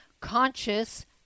conscious